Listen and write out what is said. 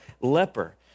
leper